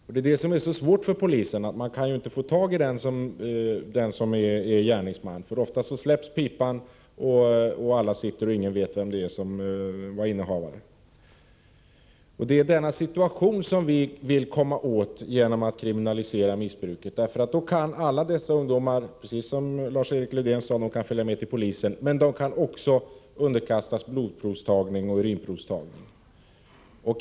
Det är detta som är så svårt för polisen, att man inte kan få tag i den som är gärningsmannen, eftersom pipan ofta släpps och ingen vet vem som var pipans innehavare. Det är denna situation som vi vill komma åt genom att kriminalisera missbruket. Alla dessa ungdomar kan då följa med till polisen, precis som Lars-Erik Lövdén sade, men de kan också underkastas blodprovstagning och urinprovstagning.